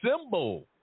symbol